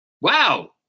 Wow